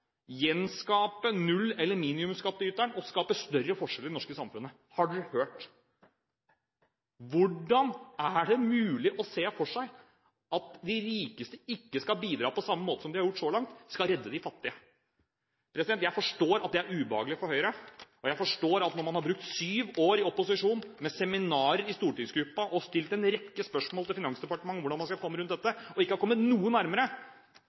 gjenskape null- eller minimumsskattyteren og skape større forskjeller i det norske samfunnet – hørt på maken! Hvordan er det mulig å se for seg at de rikeste ikke skal bidra på samme måte som de har gjort så langt, og redde de fattige? Jeg forstår at dette er ubehagelig for Høyre, og jeg forstår at når man har brukt syv år i opposisjon med seminarer i stortingsgruppa og stilt en rekke spørsmål til Finansdepartementet om hvordan man skal komme rundt dette, og ikke kommet noe nærmere,